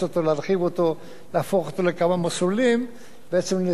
בעצם לתקופת זמן נוצר קושי,